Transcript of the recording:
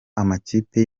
amakipe